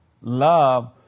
love